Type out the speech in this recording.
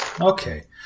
Okay